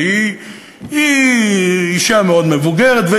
והיא אישה מאוד מבוגרת,